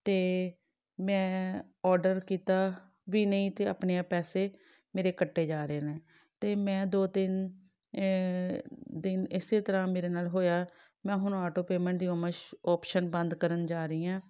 ਅਤੇ ਮੈਂ ਔਡਰ ਕੀਤਾ ਵੀ ਨਹੀਂ ਅਤੇ ਆਪਣੇ ਆਪ ਪੈਸੇ ਮੇਰੇ ਕੱਟੇ ਜਾ ਰਹੇ ਨੇ ਅਤੇ ਮੈਂ ਦੋ ਤਿੰਨ ਦਿਨ ਇਸੇ ਤਰ੍ਹਾਂ ਮੇਰੇ ਨਾਲ ਹੋਇਆ ਮੈਂ ਹੁਣ ਆਟੋ ਪੇਮੈਂਟ ਦੀ ਉਮਸ਼ ਓਪਸ਼ਨ ਬੰਦ ਕਰਨ ਜਾ ਰਹੀ ਹਾਂ